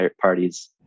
parties